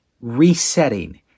resetting